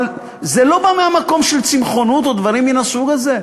זה לא בא מהמקום של צמחונות או דברים מהסוג הזה,